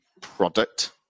product